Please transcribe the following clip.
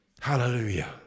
Hallelujah